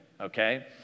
okay